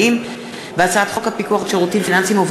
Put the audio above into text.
בהצעת חוק שירותים פיננסיים חוץ-מוסדיים,